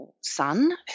son